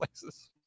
places